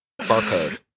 Barcode